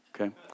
okay